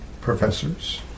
professors